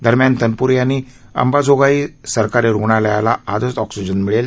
दरम्यान तनप्रे यांनी अंबाजोगाई सरकारी रुग्णालयाला आजच ऑक्सीजन मिळेलं